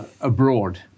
abroad